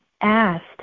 asked